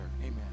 Amen